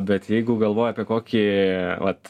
bet jeigu galvoji apie kokį vat